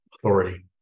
Authority